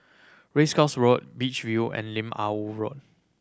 Race Course Road Beach View and Lim Ah Woo Road